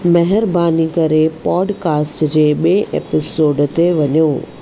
महिरबानी करे पॉडकास्ट जे ॿिए एपिसोड ते वञो